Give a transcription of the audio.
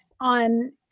On